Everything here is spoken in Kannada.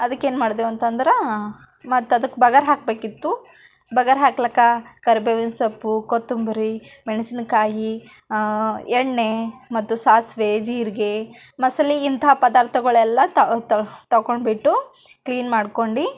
ಅದಕ್ಕೇನು ಮಾಡಿದೆವು ಅಂತಂದ್ರೆ ಮತ್ತೆ ಅದಕ್ಕೆ ಬಗಾರ ಹಾಕಬೇಕಿತ್ತು ಬಗಾರ ಹಾಕ್ಲಿಕ್ಕೆ ಕರಿಬೇವಿನ ಸೊಪ್ಪು ಕೊತ್ತಂಬರಿ ಮೆಣಸಿನಕಾಯಿ ಎಣ್ಣೆ ಮತ್ತು ಸಾಸಿವೆ ಜೀರಿಗೆ ಮಸಾಲೆಗೆ ಇಂತಹ ಪದಾರ್ಥಗಳೆಲ್ಲ ತೊಗೊಂಬಿಟ್ಟು ಕ್ಲೀನ್ ಮಾಡ್ಕೊಂಡು